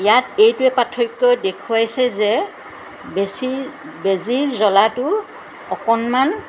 ইয়াত এইটোৱে পাৰ্থক্য দেখুৱাইছে যে বেছি বেজিৰ জ্বলাটো অকণমান